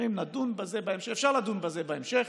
אומרים: נדון בזה בהמשך, אפשר לדון בזה בהמשך.